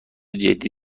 جدی